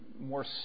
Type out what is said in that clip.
more